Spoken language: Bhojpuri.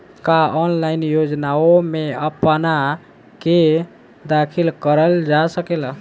का ऑनलाइन योजनाओ में अपना के दाखिल करल जा सकेला?